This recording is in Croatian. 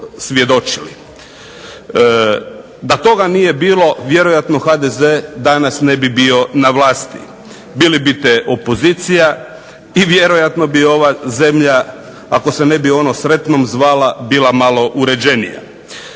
Da toga nije bilo, vjerojatno HDZ danas ne bi bio na vlasti, bili bite opozicija i vjerojatno bi ova zemlja, ako se ono sretnom zvala, bila malo uređenija.